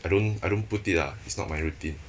I don't I don't put it ah it's not my routine